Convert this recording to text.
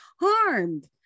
harmed